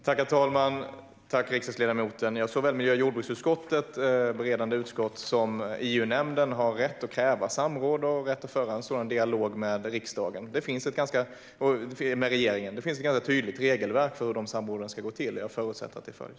Herr talman! Jag tackar riksdagsledamoten. Såväl miljö och jordbruksutskottet - det beredande utskottet - som EU-nämnden har rätt att kräva samråd och har rätt att föra en sådan dialog med regeringen. Det finns ett ganska tydligt regelverk för hur de samråden ska gå till. Jag förutsätter att det följs.